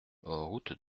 route